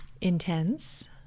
Intense